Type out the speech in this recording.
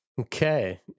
Okay